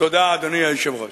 תודה, אדוני היושב-ראש.